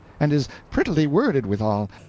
and is prettily worded withal.